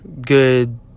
good